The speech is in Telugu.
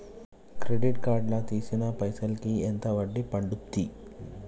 క్రెడిట్ కార్డ్ లా తీసిన పైసల్ కి ఎంత వడ్డీ పండుద్ధి?